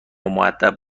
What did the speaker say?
مودب